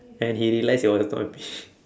when he realise he also not happy